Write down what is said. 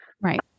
Right